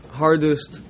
hardest